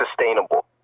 sustainable